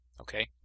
Okay